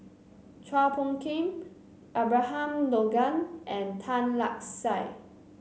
Chua Phung Kim Abraham Logan and Tan Lark Sye